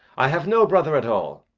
i have no brother at all.